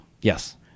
Yes